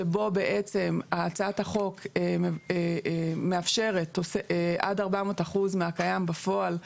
שבו בעצם הצעת החוק מאפשרת עד 400% מהקיים בפועל,